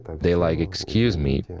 they, like excuse me,